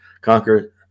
conquer